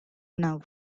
now